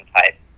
type